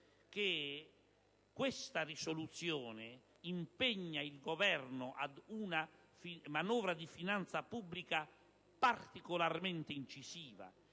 che questa risoluzione impegna il Governo ad una manovra di finanza pubblica particolarmente incisiva;